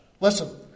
Listen